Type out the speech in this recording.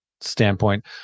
standpoint